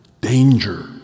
Danger